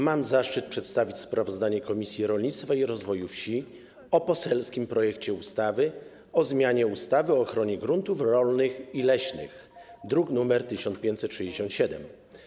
Mam zaszczyt przedstawić sprawozdanie Komisji Rolnictwa i Rozwoju Wsi o poselskim projekcie ustawy o zmianie ustawy o ochronie gruntów rolnych i leśnych, druk nr 1567.